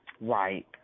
Right